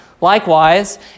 Likewise